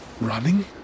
running